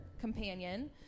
companion